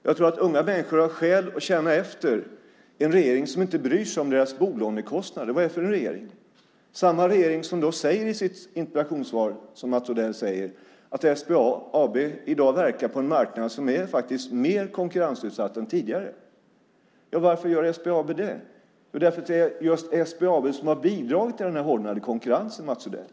Jag tror att unga människor har skäl att känna efter. En regering som inte bryr sig om deras bolånekostnader, vad är det för regering? Samma regering säger, enligt Mats Odells interpellationssvar, att SBAB i dag verkar på en marknad som faktiskt är mer konkurrensutsatt än tidigare. Varför gör SBAB det? Jo, därför att det är just SBAB som har bidragit till denna hårdnande konkurrens, Mats Odell.